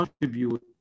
contribute